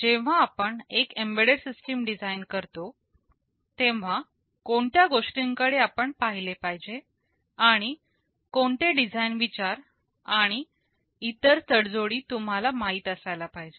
जेव्हा आपण एक एम्बेडेड सिस्टीम डिझाईन करतो तेव्हा कोणत्या गोष्टींकडे आपण पाहिले पाहिजे आणि कोणते डिझाईन विचार आणि इतर तडजोडी तुम्हाला माहीत असायला पाहिजे